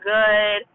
good